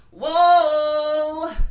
Whoa